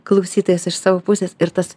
klausytojas iš savo pusės ir tas